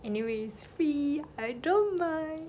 anyways free I don't mind